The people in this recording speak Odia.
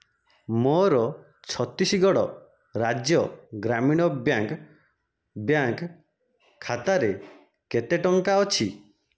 ମୋର ଛତିଶଗଡ଼ ରାଜ୍ୟ ଗ୍ରାମୀଣ ବ୍ୟାଙ୍କ୍ ବ୍ୟାଙ୍କ୍ ଖାତାରେ କେତେ ଟଙ୍କା ଅଛି